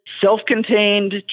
self-contained